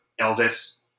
Elvis